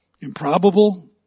Improbable